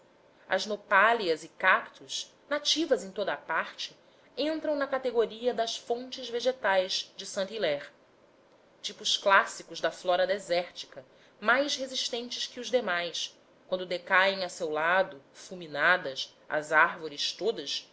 as nopáleas e cactos nativas em toda a parte entram na categoria das fontes vegetais de saint hilaire tipos clássicos da flora desértica mais resistentes que os demais quando decaem a seu lado fulminadas as árvores todas